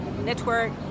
network